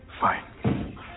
Fine